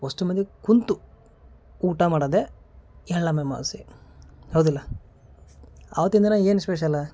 ವಷ್ಟು ಮಂದಿ ಕುಂತು ಊಟ ಮಾಡದೆ ಎಳ್ಳಮಮಾಸೆ ಹೌದಿಲ್ಲ ಅವತ್ತಿನ ದಿನ ಏನು ಸ್ಪೆಷಲ್ಲ